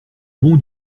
bon